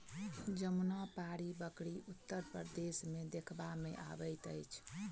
जमुनापारी बकरी उत्तर प्रदेश मे देखबा मे अबैत अछि